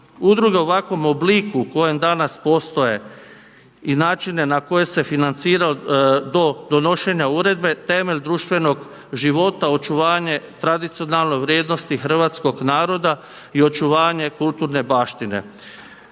udruge u ovakvom obliku u kojem danas postoje i načine na koje se financira do donošenja uredbe temelj društvenog života, očuvanje tradicionalne vrijednosti hrvatskog naroda i očuvanje kulturne baštine.